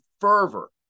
fervor